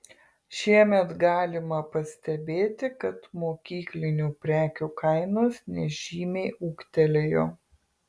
šiemet galima pastebėti kad mokyklinių prekių kainos nežymiai ūgtelėjo